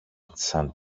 σαν